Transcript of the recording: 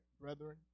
brethren